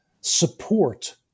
support